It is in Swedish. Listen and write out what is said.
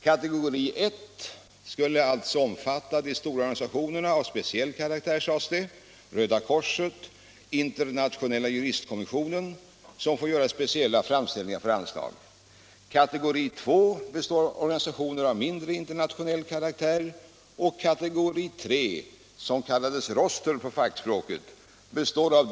Kategori I skulle alltså omfatta de stora organisationerna av speciell karaktär, sades det, såsom Röda korset och internationella juristkommissionen, som får göra speciella framställningar för anslag.